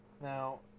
Now